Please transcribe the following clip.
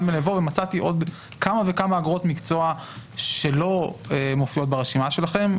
בנבו ומצאתי עוד כמה וכמה אגרות מקצוע שלא מופיעות ברשימה שלכם.